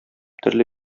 төрле